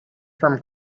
from